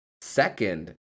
second